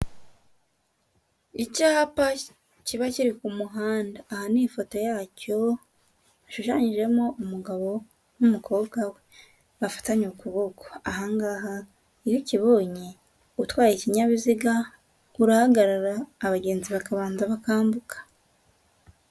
Icyapa kiba kiri ku muhanda aha ni ifoto yacyo gishushanyijemo umugabo n'umukobwa we bafatanye ukuboko, aha ngaha iyo ukibonye utwaye ikinyabiziga urahagarara abagenzi bakabanza bakambuka.